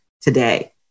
today